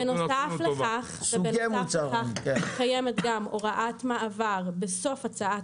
בנוסף לכך קיימת גם הוראת מעבר בסוף הצעת